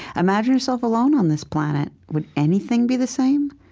imagine yourself alone on this planet. would anything be the same?